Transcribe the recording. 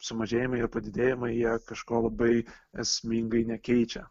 sumažėjimai ir padidėjimai jie kažko labai esmingai nekeičia